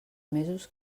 mesos